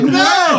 no